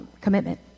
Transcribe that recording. commitment